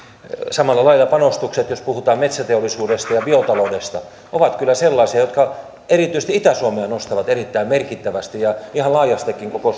samalla lailla panostukset jos puhutaan metsäteollisuudesta ja biotaloudesta ovat kyllä sellaisia jotka erityisesti itä suomea nostavat erittäin merkittävästi ja ihan laajastikin koko